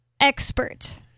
expert